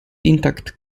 intact